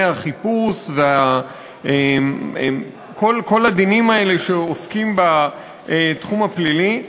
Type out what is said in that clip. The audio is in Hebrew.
החיפוש ובכל הדינים האלה שעוסקים בתחום הפלילי,